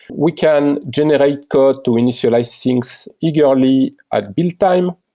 we can generate code to initialize things eagerly at build time.